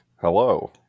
Hello